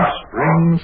spring